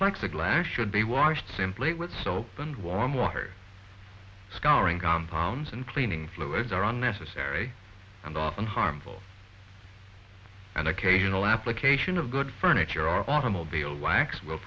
plexiglass should be washed simply with soap and warm water scouring compounds and cleaning fluids are unnecessary and often harmful and occasional application of good furniture automobile